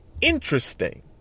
Interesting